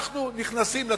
אנחנו נכנסים לתמונה.